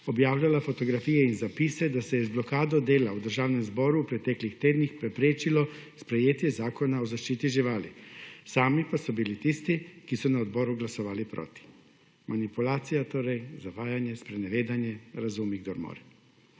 objavljala fotografije in zapise, da se je z blokado dela v Državnem zboru v preteklih tednih preprečilo sprejetje Zakona o zaščiti živali, sami pa so bili tisti, ki so na odboru glasovali proti. Manipulacija torej, zavajanje, sprenevedanje, razumi kdor more.